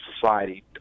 society